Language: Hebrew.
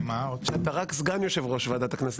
שאתה רק סגן יושב-ראש ועדת הכנסת.